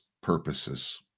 purposes